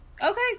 Okay